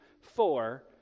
four